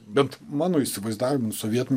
bent mano įsivaizdavimu sovietų